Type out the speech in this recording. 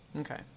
Okay